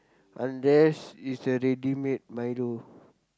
unless it's the ready-made Milo